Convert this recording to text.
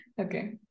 Okay